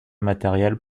matériels